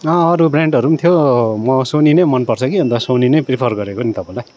अँ अरू ब्रान्डहरू पनि थियो म सोनी नै मन पर्छ कि अन्त सोनी नै प्रिफर गरेको नि तपाईँलाई